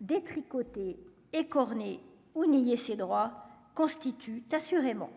détricoter écorné ou n'ayez chez droits constituent assurément